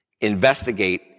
Investigate